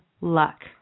luck